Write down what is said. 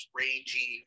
rangy